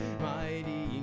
mighty